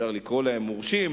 אפשר לקרוא להם מורשים,